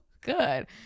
good